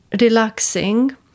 relaxing